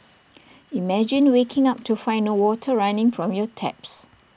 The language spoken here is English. imagine waking up to find no water running from your taps